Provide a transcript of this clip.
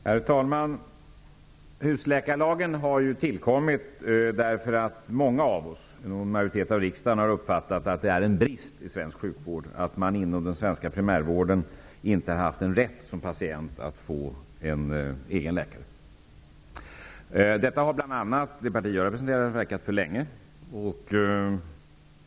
Herr talman! Husläkarlagen har tillkommit därför att många av oss, majoriteten av riksdagen, har uppfattat att det är en brist i svensk sjukvård att man som patient inom den svenska primärvården inte har haft rätt att få en egen läkare. Detta har bl.a. det parti som jag representerar verkat för länge.